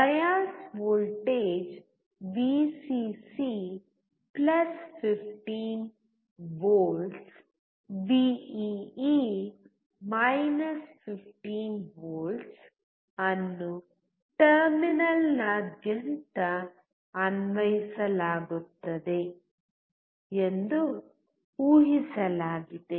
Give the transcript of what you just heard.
bias voltage ವಿಸಿಸಿ15ವಿ Vcc15V VEE 15ವಿ Vee ಅನ್ನು ಟರ್ಮಿನಲ್ನಾದ್ಯಂತ ಅನ್ವಯಿಸಲಾಗುತ್ತದೆ ಎಂದು ಊಹಿಸಲಾಗಿದೆ